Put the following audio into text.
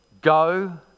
go